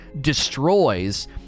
destroys